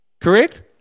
Correct